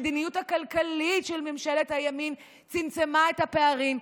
שהמדיניות הכלכלית של ממשלת הימין צמצמה את הפערים.